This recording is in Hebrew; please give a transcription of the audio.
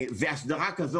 והסדרה כזאת,